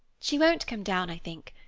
she won't come down, i think.